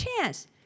chance